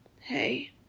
Hey